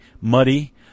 muddy